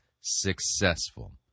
successful